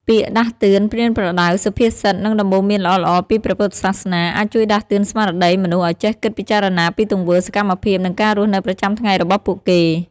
ពាក្យដាស់តឿន ប្រៀនប្រដៅ សុភាសិត និងដំបូន្មានល្អៗពីព្រះពុទ្ធសាសនា អាចជួយដាស់តឿនស្មារតីមនុស្សឱ្យចេះគិតពិចារណាពីទង្វើ សកម្មភាព និងការរស់នៅប្រចាំថ្ងៃរបស់ពួកគេ។